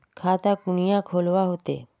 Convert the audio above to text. खाता कुनियाँ खोलवा होते?